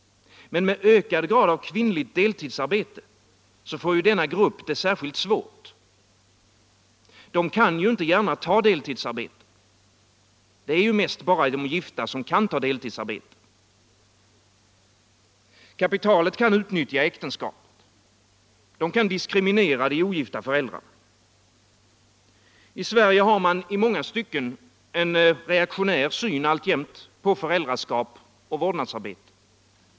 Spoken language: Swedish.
Men med ökad grad av kvinnligt deltidsarbete får denna grupp det särskilt svårt. De kan ju inte gärna ta deltidsarbete. Det är mest bara de gifta som kan ta deltidsarbete. Kapitalet kan utnyttja äktenskapet. Det kan diskriminera de ogifta föräldrarna. I Sverige har man i många stycken alltjämt en reaktionär syn på föräldraskap och vårdnadsarbete.